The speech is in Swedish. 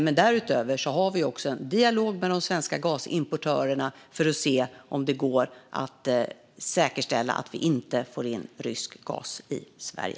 Men därutöver har vi också en dialog med de svenska gasimportörerna för att se om det går att säkerställa att vi inte får in rysk gas i Sverige.